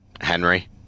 Henry